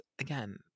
again